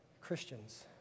Christians